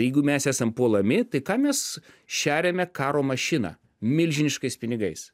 jeigu mes esam puolami tai ką mes šeriame karo mašiną milžiniškais pinigais